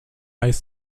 high